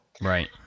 Right